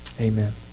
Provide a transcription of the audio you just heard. Amen